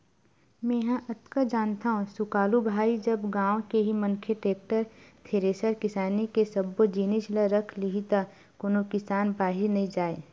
मेंहा अतका जानथव सुकालू भाई जब गाँव के ही मनखे टेक्टर, थेरेसर किसानी के सब्बो जिनिस ल रख लिही त कोनो किसान बाहिर नइ जाय